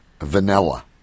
vanilla